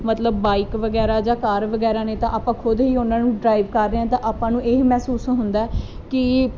ਮਤਲਬ ਬਾਈਕ ਵਗੈਰਾ ਜਾਂ ਕਾਰ ਵਗੈਰਾ ਨੇ ਤਾਂ ਆਪਾਂ ਖੁਦ ਹੀ ਉਹਨਾਂ ਨੂੰ ਡਰਾਈਵ ਕਰ ਰਹੇ ਹਾਂ ਤਾਂ ਆਪਾਂ ਨੂੰ ਇਹ ਮਹਿਸੂਸ ਹੁੰਦਾ ਕਿ